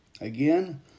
Again